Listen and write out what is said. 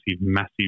massive